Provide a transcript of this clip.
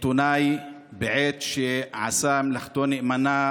עיתונאי בעת שעשה מלאכתו נאמנה